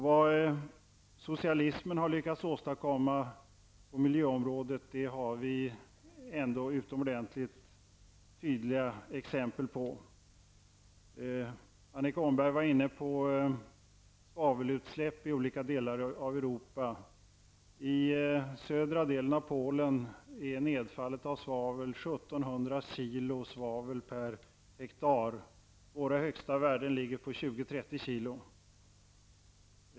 Vad socialismen har lyckats åstadkomma på miljöområdet har vi utomordentligt tydliga exempel på. Annika Åhnberg var inne på svavelutsläppen i olika delar av Europa. I södra delarna av Polen är nedfallet 1 700 kilo svavel per hektar. Vårt högsta värde ligger på mellan 20 och 30 kilo.